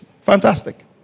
fantastic